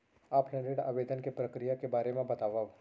Offline ऋण आवेदन के प्रक्रिया के बारे म बतावव?